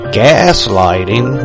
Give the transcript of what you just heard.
gaslighting